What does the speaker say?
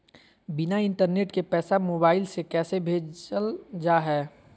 बिना इंटरनेट के पैसा मोबाइल से कैसे भेजल जा है?